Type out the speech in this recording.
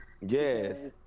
Yes